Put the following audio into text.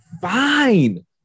fine